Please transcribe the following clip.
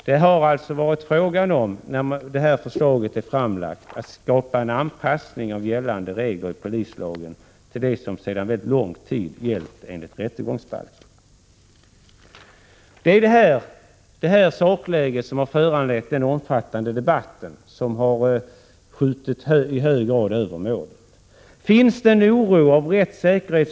Det har alltså när detta förslag framlagts varit fråga om att skapa en anpassning av gällande regler i polislagen till det som sedan lång tid gäller enligt rättegångsbalken. Det är detta sakläge som föranlett den omfattande debatt som i hög grad har skjutit över målet när det gäller rättssäkerheten.